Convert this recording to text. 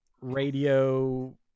radio